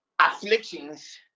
afflictions